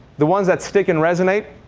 the ones that stick and resonate,